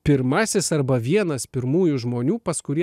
pirmasis arba vienas pirmųjų žmonių pas kurį